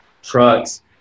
trucks